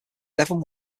devon